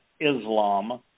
Islam